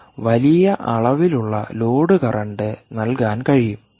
ഒരു വലിയ അളവിലുള്ള ലോഡ് കറന്റ് നൽകാൻ കഴിയും